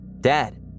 Dad